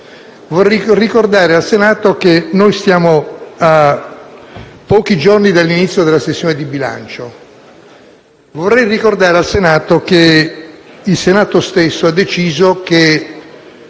Vorrei ricordare al Senato che siamo a pochi giorni dall'inizio della sessione di bilancio. Vorrei ricordare al Senato che il Senato stesso ha deciso che